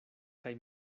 kaj